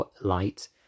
light